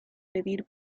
pedir